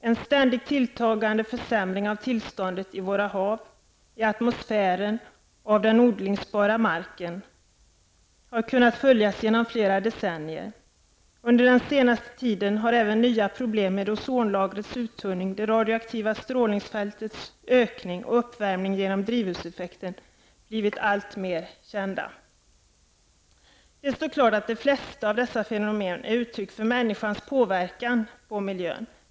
En ständigt tilltagande försämring av tillståndet i våra hav, i atmosfären och av den odlingsbara marken har kunnat följas genom flera decennier. Under den senaste tiden har även nya problem med ozonlagrets uttunning, det radioaktiva strålningsfältets ökning och uppvärmning genom drivhuseffekten blivit alltmer kända. Det står klart att de flesta av dessa fenomen är uttryck för människans påverkan på miljön.